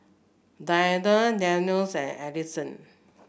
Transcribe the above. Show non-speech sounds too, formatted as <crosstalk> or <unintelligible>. Diana <unintelligible> and Ellison